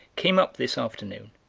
came up this afternoon,